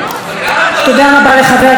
תודה רבה לחבר הכנסת דב חנין.